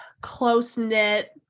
close-knit